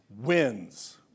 wins